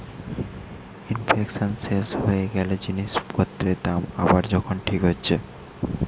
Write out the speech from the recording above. inflation শেষ হয়ে গ্যালে জিনিস পত্রের দাম আবার যখন ঠিক হচ্ছে